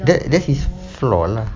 that that is flaw lah